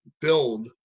build